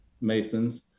Masons